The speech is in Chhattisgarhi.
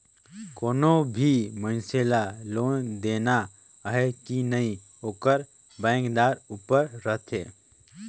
कोनो भी मइनसे ल लोन देना अहे कि नई ओ बेंकदार उपर रहथे